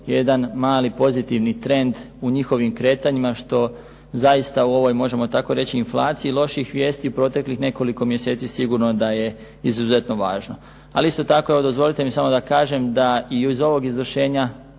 jedan mali pozitivni trend u njihovim kretanjima, što zaista u ovoj možemo tako reći inflaciji loših vijesti proteklih nekoliko mjeseci sigurno da je izuzetno važno. Ali isto tako evo dozvolite mi samo da kažem da i iz ovog izvršenja